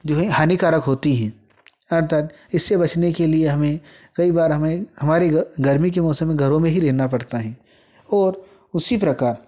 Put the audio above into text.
जो है हानिकारक होती हैं अर्थात इससे बचने के लिए हमें कई बार हमें हमारे घ गर्मी के मौसम में घरों में ही रहना पड़ता है और उसी प्रकार